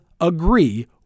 agree